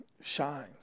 shines